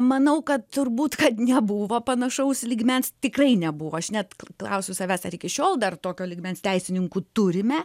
manau kad turbūt kad nebuvo panašaus lygmens tikrai nebuvo aš net klausiu savęs ar iki šiol dar tokio lygmens teisininkų turime